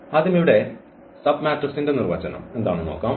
ആദ്യം ഇവിടെ സബ്മാട്രിക്സി ന്റെ നിർവചനം